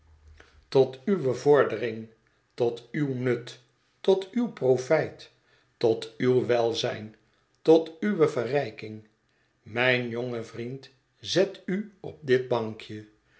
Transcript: legt uwe vordering tot uw nut t o t uw profijt tot uw welzijn tot uwe verrijking i mijn jonge vriend zet u op dit bankje